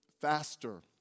faster